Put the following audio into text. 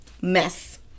Mess